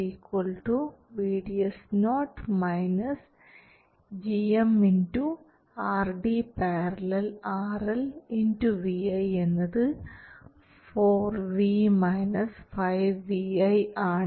VDS VDS0 gm RD ║RL vi എന്നത് 4 v 5 vi ആണ്